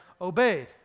obeyed